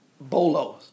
Bolos